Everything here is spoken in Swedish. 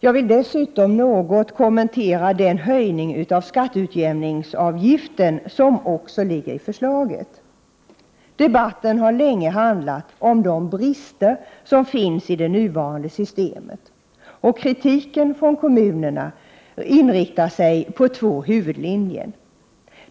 Jag vill dessutom något kommentera den höjning av skatteutjämningsavgiften som också ligger i förslaget. Debatten har länge handlat om de brister som finns i det nuvarande systemet, och kritiken från kommunerna inriktar sig på två huvudlinjer.